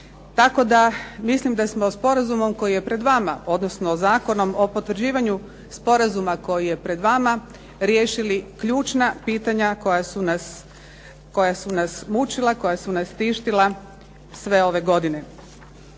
Tako da mislim da smo sporazumom koji je pred vama odnosno Zakonom o potvrđivanju Sporazuma koji je pred vama riješili ključna pitanja koja su nas mučila, koja su nas tištila sve ove godine.